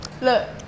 Look